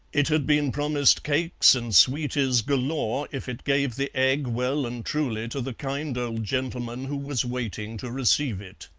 it had been promised cakes and sweeties galore if it gave the egg well and truly to the kind old gentleman who was waiting to receive it.